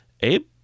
Abe